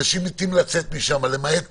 אנשים משתוקקים לצאת משם, למעט